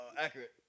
Accurate